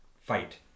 fight